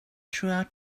throughout